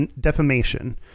defamation